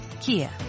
Kia